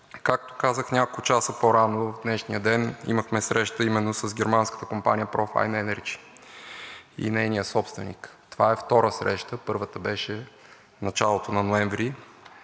Както казах няколко часа по-рано, в днешния ден имахме среща именно с германската компания Profine Energy GmbH и нейния собственик. Това е втора среща, първата беше в началото на месец ноември.